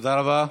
תודה רבה.